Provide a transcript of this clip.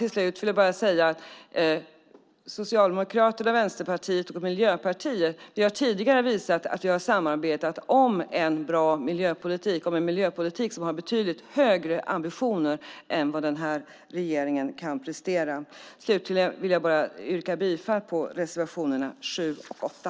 Till slut vill jag bara säga att Socialdemokraterna, Vänsterpartiet och Miljöpartiet tidigare har visat att vi har kunnat samarbeta om en bra miljöpolitik med betydligt högre ambitioner än vad den här regeringen kan prestera. Jag yrkar bifall till reservationerna 7 och 8.